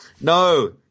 No